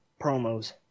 promos